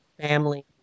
family